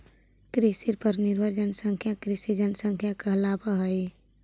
कृषि पर निर्भर जनसंख्या कृषि जनसंख्या कहलावऽ हई